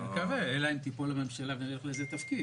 כמי שניהל והיה סמנכ"ל